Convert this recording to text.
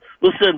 Listen